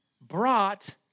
brought